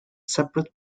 separate